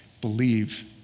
believe